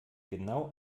genau